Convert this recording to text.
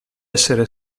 essere